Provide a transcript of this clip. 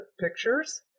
pictures